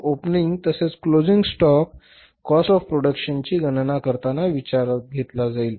opening तसेच closing साठा cost of production ची गणना करताना विचारात घेतला जाईल